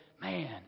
man